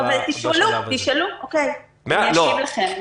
תשאלו, אני אשיב לכם.